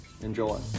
Enjoy